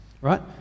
Right